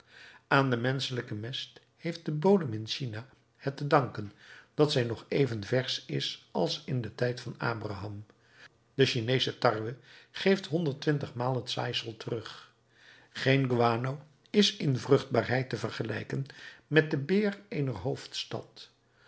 aan den menschelijken mest heeft de bodem in china het te danken dat zij nog even versch is als in den tijd van abraham de chineesche tarwe geeft honderd twintigmaal het zaaisel terug geen guano is in vruchtbaarheid te vergelijken met de beer eener hoofdstad